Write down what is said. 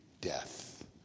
death